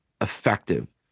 effective